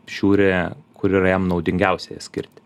žiūri kur yra jam naudingiausia ją skirti